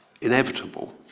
inevitable